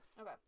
Okay